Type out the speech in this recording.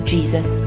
Jesus